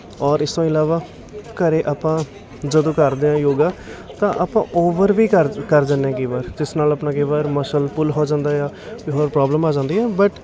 ਔਰ ਇਸ ਤੋਂ ਇਲਾਵਾ ਘਰ ਆਪਾਂ ਜਦੋਂ ਕਰਦੇ ਹਾਂ ਯੋਗਾ ਤਾਂ ਆਪਾਂ ਓਵਰ ਵੀ ਕਰ ਕਰ ਦਿੰਦੇ ਹਾਂ ਕਈ ਵਾਰ ਜਿਸ ਨਾਲ ਆਪਣਾ ਕਈ ਵਾਰ ਮਸਲ ਪੁੱਲ ਹੋ ਜਾਂਦਾ ਆ ਅਤੇ ਹੋਰ ਪ੍ਰੋਬਲਮ ਆ ਜਾਂਦੀ ਹੈ ਬਟ